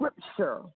scripture